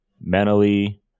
mentally